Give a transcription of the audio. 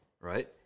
right